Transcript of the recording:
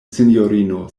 sinjorino